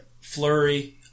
Flurry